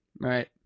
Right